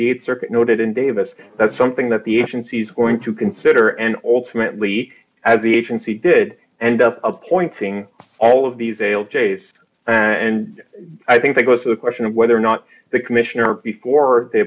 the th circuit noted in davis that's something that the agency is going to consider and ultimately as the agency did end up appointing all of these ales chase and i think that goes to the question of whether or not the commissioner before they